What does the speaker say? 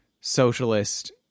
socialist